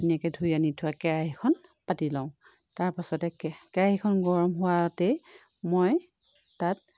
ধুনীয়াকৈ ধুই আনি থোৱা কেৰাহিখন পাতি লওঁ তাৰ পাছতে কেৰাহিখন গৰম হোৱাতেই মই তাত